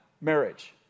marriage